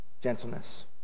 gentleness